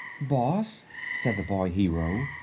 boss, said the boy hero,